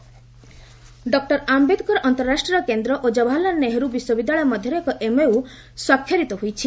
ଆମ୍ଘେଦକର ଡଃ ଆମ୍ବେଦକର ଅନ୍ତରାଷ୍ଟ୍ରୀୟ କେନ୍ଦ୍ର ଓ ଜବାହାରଲାଲ ନେହେରୁ ବିଶ୍ବିଦ୍ୟାଳୟ ମଧ୍ୟରେ ଏମଓ ୟୁ ସ୍ୱାକ୍ଷରିତ ହୋଇଛି